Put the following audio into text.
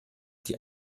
die